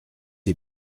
est